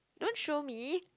don't show me